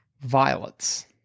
Violets